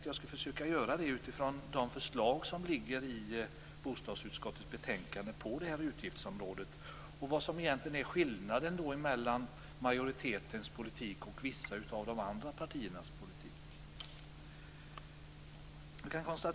Jag tänkte försöka göra det utifrån de förslag som ligger i bostadsutskottets betänkande på det här utgiftsområdet och visa på skillnaden mellan majoritetens politik och vissa av de andra partiernas politik.